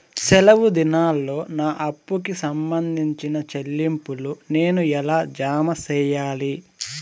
సెలవు దినాల్లో నా అప్పుకి సంబంధించిన చెల్లింపులు నేను ఎలా జామ సెయ్యాలి?